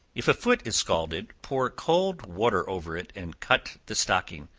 if a foot is scalded, pour cold water over it and cut the stocking.